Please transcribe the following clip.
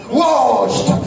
washed